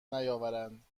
نیاوردند